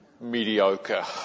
mediocre